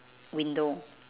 window